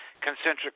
concentric